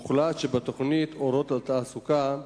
הוחלט שהתוכנית "אורות לתעסוקה"